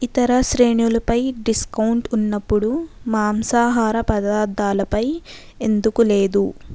ఇతర శ్రేణులపై డిస్కౌంట్ ఉన్నప్పుడు మాంసాహార పదార్థాలపై ఎందుకు లేదు